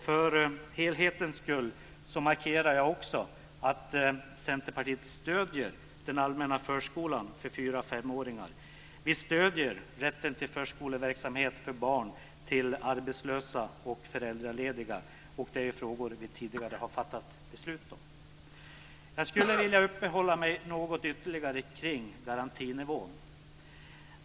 För helhetens skull vill jag också markera att Centerpartiet stöder den allmänna förskolan för 4-5-åringar. Vi stöder rätten till förskoleverksamhet för barn till arbetslösa och föräldralediga, och det är frågor som vi ju tidigare fattat beslut om. Jag skulle vilja uppehålla mig något ytterligare kring garantinivån.